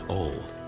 old